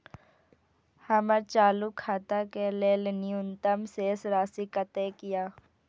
हमर चालू खाता के लेल न्यूनतम शेष राशि कतेक या?